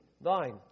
Thine